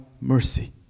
mercy